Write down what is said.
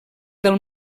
del